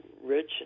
rich